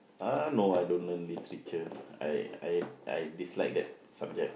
uh no I don't learn literature I I I dislike that subject